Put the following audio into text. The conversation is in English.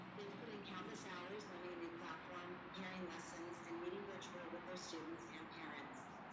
they've put in countless hours running a new platform, preparing lessons, and meeting virtually with their students and parents.